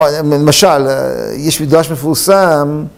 למשל, יש מדרש מפורסם